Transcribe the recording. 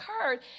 occurred